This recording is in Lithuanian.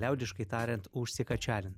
liaudiškai tariant užsikačialin